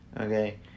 Okay